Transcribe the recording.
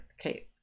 okay